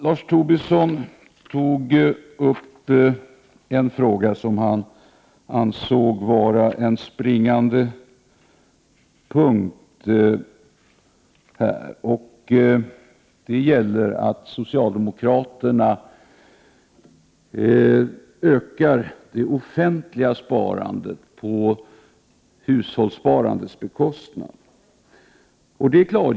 Lars Tobisson tog upp en fråga som han ansåg vara en springande punkt, nämligen detta att socialdemokraterna ökar det offentliga sparandet på hushållssparandets bekostnad.